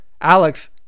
Alex